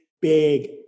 big